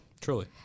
truly